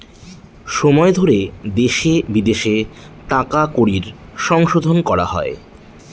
সময় ধরে দেশে বিদেশে টাকা কড়ির সংশোধন করা হয়